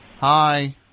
Hi